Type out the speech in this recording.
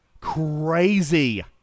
Crazy